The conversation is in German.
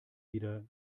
wieder